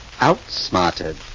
outsmarted